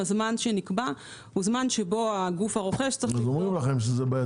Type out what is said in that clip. הזמן שנקבע הוא הזמן שבו הגוף הרוכש צריך --- זה בעייתי,